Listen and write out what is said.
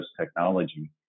technology